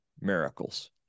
miracles